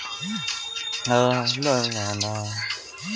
जस्ता और बोरान एंव गंधक के कमी के क्षेत्र कौन होखेला?